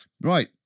Right